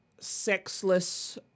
sexless